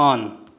on